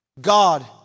God